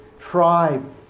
tribe